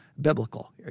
biblical